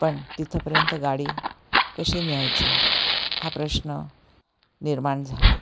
पण तिथंपर्यंत गाडी कशी न्यायची हा प्रश्न निर्माण झाला